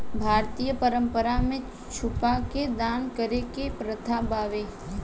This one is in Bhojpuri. भारतीय परंपरा में छुपा के दान करे के प्रथा बावे